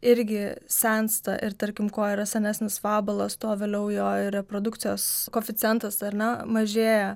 irgi sensta ir tarkim kuo yra senesnis vabalas tuo vėliau jo reprodukcijos koeficientas ar ne mažėja